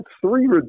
three